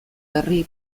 herri